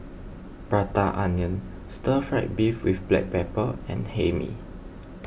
Prata Onion Stir Fried Beef with Black Pepper and Hae Mee